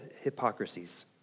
hypocrisies